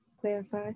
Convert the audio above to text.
clarify